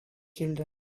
children